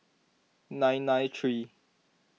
nine nine three